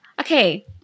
Okay